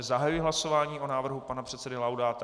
Zahajuji hlasování o návrhu pana předsedy Laudáta.